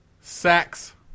Sex